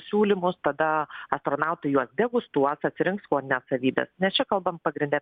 siūlymus tada astronautai juo degustuos atsirinks skonio savybes nes čia kalbam pagrinde